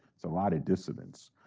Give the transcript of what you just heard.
so lot of dissidents,